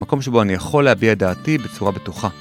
מקום שבו אני יכול להביע דעתי בצורה בטוחה.